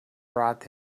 brought